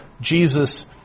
Jesus